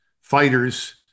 fighters